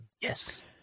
Yes